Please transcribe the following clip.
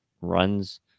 runs